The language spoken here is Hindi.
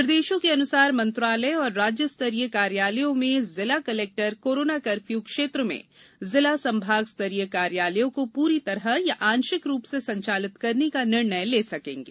निर्देशों के अनुसार मंत्रालय एवं राज्य स्तरीय कार्यालयों में जिला कलेक्टर कोरोना कर्फ्यू क्षेत्र में जिला संभाग स्तरीय कार्यालयों को पूरी तरह या आंशिक रूप से संचालित करने का निर्णय ले सकेंगे